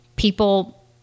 people